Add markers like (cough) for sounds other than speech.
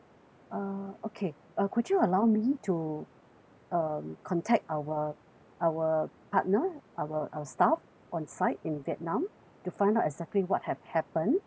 uh okay uh could you allow me to um contact our our partner our our staff onsite in vietnam (breath) to find out exactly what have happened (breath)